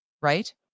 right